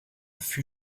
fut